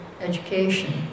education